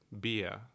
beer